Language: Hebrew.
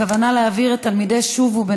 הכוונה להעביר את תלמידי בית-הספר "שובו"